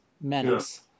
menace